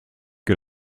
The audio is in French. que